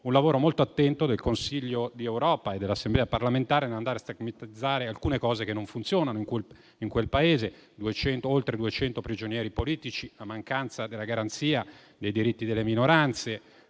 un lavoro molto attento del Consiglio d'Europa e dell'Assemblea parlamentare nell'andare a stigmatizzare alcune cose che non funzionano in quel Paese: oltre 200 prigionieri politici, la mancanza della garanzia dei diritti delle minoranze